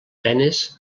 penes